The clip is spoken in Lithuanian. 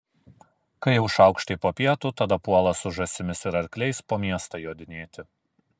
kai jau šaukštai po pietų tada puola su žąsimis ir arkliais po miestą jodinėti